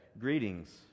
greetings